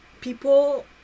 people